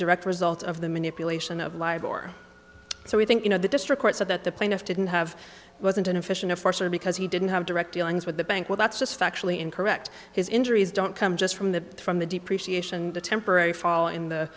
direct result of the manipulation of live or so we think you know the district court said that the plaintiff didn't have wasn't an efficient force or because he didn't have direct dealings with the bank well that's just factually incorrect his injuries don't come just from the from the depreciation the temporary fall in the